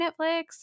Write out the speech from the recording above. Netflix